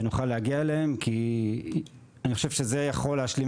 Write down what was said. ונוכל להגיע אליהם כי אני חושב שזה יכול להשלים